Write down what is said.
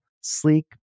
sleek